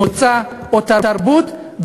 מוצא או תרבות,